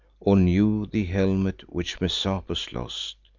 all knew the helmet which messapus lost,